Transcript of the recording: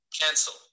Cancel